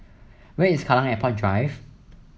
where is Kallang Airport Drive